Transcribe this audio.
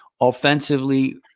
Offensively